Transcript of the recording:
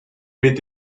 mit